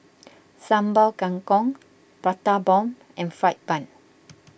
Sambal Kangkong Prata Bomb and Fried Bun